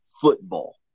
football